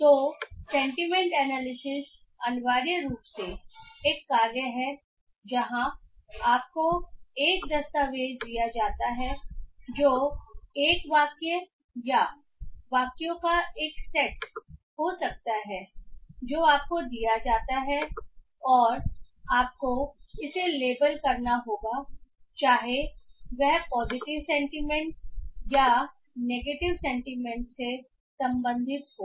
तो sentiment analysis अनिवार्य रूप से एक कार्य है जहां आपको एक दस्तावेज दिया जाता है जो एक वाक्य या वाक्यों का एक सेट हो सकता है जो आपको दिया जाता है और आपको इसे लेबल करना होगा चाहे वह पॉजिटिव सेंटीमेंट या नेगेटिव सेंटीमेंट से संबंधित हो